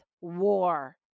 war